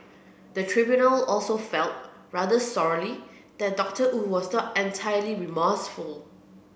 the tribunal also felt rather sorely that Doctor Wu was not entirely remorseful